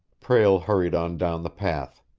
prale hurried on down the path.